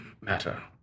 matter